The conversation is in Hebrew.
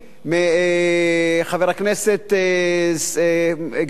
חבר הכנסת גנאים